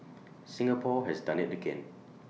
Singapore has done IT again